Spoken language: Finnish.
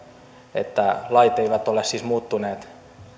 että lait eivät ole siis muuttuneet